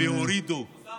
הוספנו,